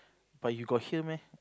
but you got hear meh